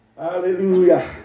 Hallelujah